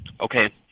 Okay